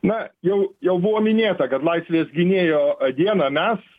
na jau jau buvo minėta kad laisvės gynėjo dieną mes